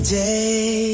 day